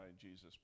Jesus